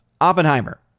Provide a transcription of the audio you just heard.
Oppenheimer